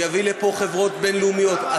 שיביא לפה חברות בין-לאומיות.